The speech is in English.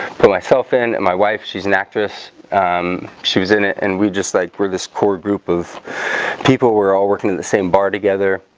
put myself in and my wife. she's an actress she was in it, and we just like where this core group of people were all working in the same bar together